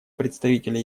представителя